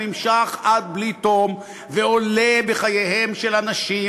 שנמשך עד בלי תום ועולה בחייהם של אנשים,